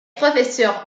professeur